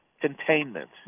containment